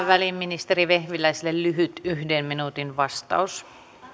väliin ministeri vehviläiselle lyhyt yhden minuutin vastaus